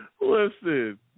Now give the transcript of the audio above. Listen